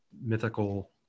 mythical